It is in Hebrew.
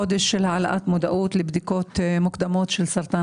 בחודש להעלאת המודעות לבדיקות מוקדמות לסרטן